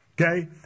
Okay